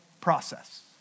process